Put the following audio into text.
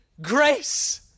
grace